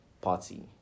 party